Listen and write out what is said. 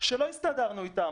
שלא הסתדרנו אתם,